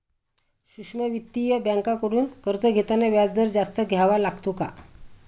सूक्ष्म वित्तीय बँकांकडून कर्ज घेताना व्याजदर जास्त द्यावा लागतो का?